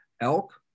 elk